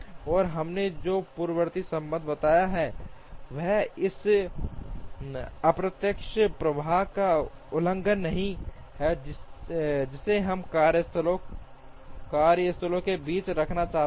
और हमने जो पूर्ववर्ती संबंध बताया है वह उस अप्रत्यक्ष प्रवाह का उल्लंघन नहीं है जिसे हम कार्यस्थलों के बीच रखना चाहते हैं